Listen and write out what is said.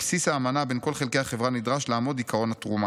בבסיס האמנה בין כל חלקי החברה נדרש לעמוד עקרון התרומה.